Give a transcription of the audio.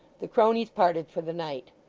the cronies parted for the night.